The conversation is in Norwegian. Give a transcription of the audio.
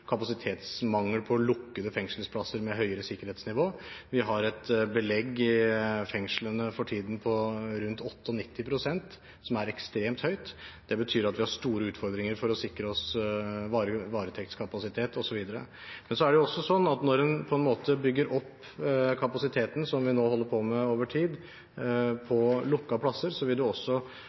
kapasitetsmangel på lukkede fengselsplasser med høyere sikkerhetsnivå. Vi har for tiden et belegg i fengslene på rundt 98 pst., som er ekstremt høyt. Det betyr at vi har store utfordringer med å sikre oss varetektskapasitet osv. Men så er det også sånn at når en bygger opp kapasiteten, som vi nå holder på med, over tid på lukkede plasser, vil det også